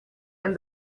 and